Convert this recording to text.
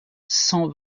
cent